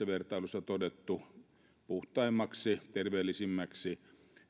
vertailuissa todettu puhtaimmaksi ja terveellisimmäksi